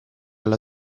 alla